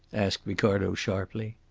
asked ricardo sharply.